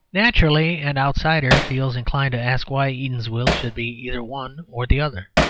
naturally, an outsider feels inclined to ask why eatanswill should be either one or the other.